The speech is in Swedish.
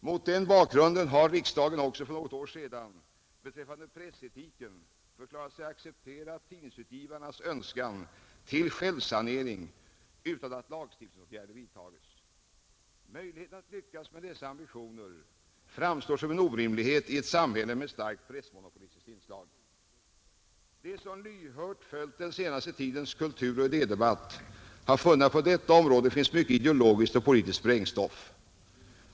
Mot den bakgrunden har riksdagen också för något år sedan, på tal om pressetiken, förklarat sig acceptera tidningsutgivarnas önskan om självsanering, utan att lagstiftningsåtgärder vidtages. Möjligheten att lyckas med dessa ambitioner framstår som en orimlighet i ett samhälle med starkt pressmonopolistiskt inslag. De som lyhört har följt den senaste tidens kulturoch idédebatt har funnit att det på detta område finns mycket ideologiskt och politiskt sprängstoff.